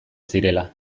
zirela